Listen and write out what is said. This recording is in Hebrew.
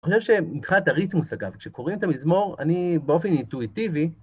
אני חושב שמקחה את הריתמוס, אגב, כשקוראים את המזמור, אני באופן אינטואיטיבי...